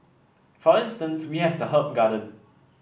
for instance we have the herb garden